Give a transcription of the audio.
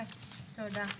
תודה,